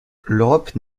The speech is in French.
l’europe